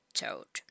toad